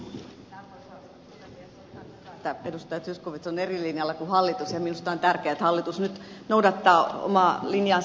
on ihan hyvä että edustaja zyskowicz on eri linjalla kuin hallitus ja minusta on tärkeää että hallitus nyt noudattaa omaa linjaansa